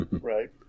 Right